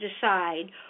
decide